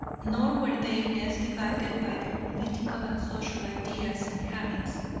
nor were they less divided by their political and social ideas and habits,